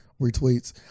retweets